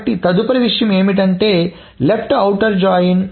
కాబట్టి తదుపరి విషయం ఏమిటంటే ఎడమ బాహ్య జాయిన్